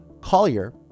collier